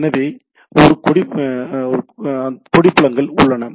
எனவே ஒரு கொடி புலங்கள் உள்ளன